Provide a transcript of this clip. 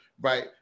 right